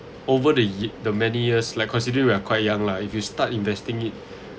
over the ye~ the many years like consider we are quite young lah if you start investing it